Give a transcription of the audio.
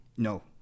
No